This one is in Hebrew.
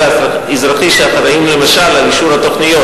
האזרחי שאחראים למשל לאישור התוכניות.